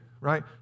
right